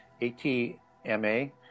A-T-M-A